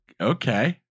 okay